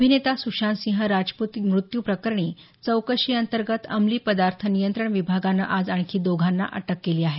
अभिनेता सुशांतसिंह राजपूत मृत्यू प्रकरणी चौकशी अंतर्गत अंमली पदार्थ नियंत्रण विभागानं आज आणखी दोघांना अटक केली आहे